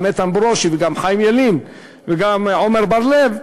גם איתן ברושי וגם חיים ילין וגם עמר בר-לב,